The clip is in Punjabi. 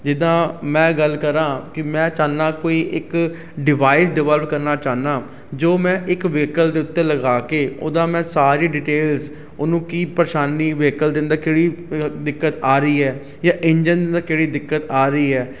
ਜਿੱਦਾਂ ਮੈਂ ਗੱਲ ਕਰਾਂ ਕਿ ਮੈਂ ਚਾਹੁੰਦਾ ਕੋਈ ਇੱਕ ਡਿਵਾਈਸ ਡਿਵਲਪ ਕਰਨਾ ਚਾਹੁੰਦਾ ਜੋ ਮੈਂ ਇੱਕ ਵਹੀਕਲ ਦੇ ਉੱਤੇ ਲਗਾ ਕੇ ਉਹਦਾ ਮੈਂ ਸਾਰੀ ਡਿਟੇਲਸ ਉਹਨੂੰ ਕੀ ਪਰੇਸ਼ਾਨੀ ਵਹੀਕਲ ਦਿੰਦਾ ਕਿਹੜੀ ਦਿੱਕਤ ਆ ਰਹੀ ਹੈ ਜਾ ਇੰਜਨ ਕਿਹੜੀ ਦਿੱਕਤ ਆ ਰਹੀ ਹੈ